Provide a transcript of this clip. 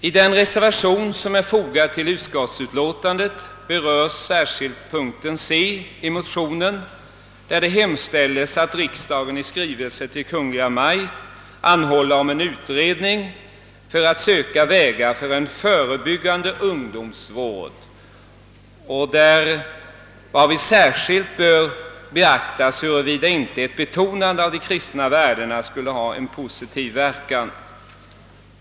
I den reservation som är fogad till utskottsutlåtandet hemställes i anslutning till punkt c i motionen att riksdagen i skrivelse till Kungl. Maj:t anhåller om en utredning för att söka vägar för en förebyggande ungdomsvård, varvid särskilt skulle beaktas, huruvida inte ett betonande av de kristna värdena skulle ha en positiv verkan.